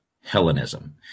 Hellenism